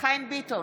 חיים ביטון,